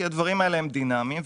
כי הדברים האלה הם דינאמיים.